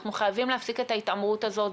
אנחנו חייבים להפסיק את ההתעמרות הזאת.